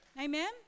Amen